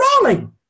rolling